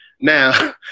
now